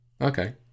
Okay